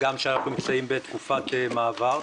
הגם שאנחנו נמצאים בתקופת מעבר.